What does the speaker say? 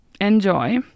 Enjoy